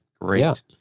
Great